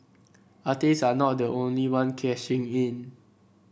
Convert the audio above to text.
artist are not the only one cashing in